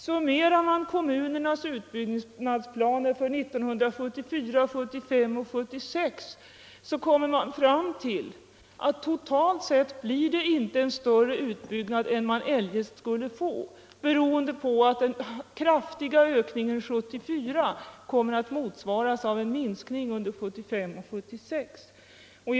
Summerar man kommunernas utbyggnadsplaner för 1974, 1975 och 1976 kommer man nämligen fram till att det totalt sett inte blir större utbyggnad än man eljest skulle ha fått, beroende på att den kraftiga ökningen 1974 kommer att motsvaras av en minskning i utbyggnaden under 1975 och 1976.